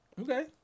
Okay